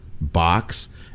box